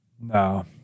no